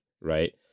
Right